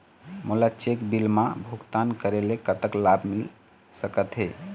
मोला check bill मा भुगतान करेले कतक लाभ मिल सकथे?